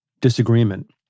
disagreement